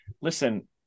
listen